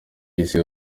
isi